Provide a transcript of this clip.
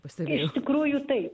iš tikrųjų taip